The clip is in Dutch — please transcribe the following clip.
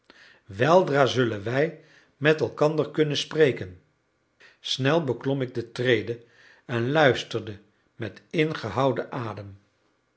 weldra zullen wij met elkander kunnen spreken snel beklom ik de trede en luisterde met ingehouden adem